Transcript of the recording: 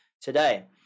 today